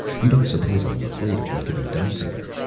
you don't suppose i am afraid of what can be done to me?